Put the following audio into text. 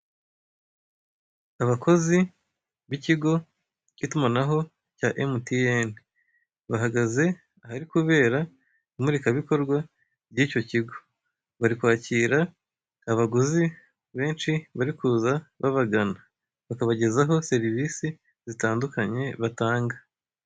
Abakozi b'ikigo cy'itumanaho cya emutiyeni, bahagaze ahari kubera imurikabikorwa ry'icyo kigo. Bari kwakira abaguzi benshi bari kuza babagana, bakabagezaho serivise zitandukanye batanga.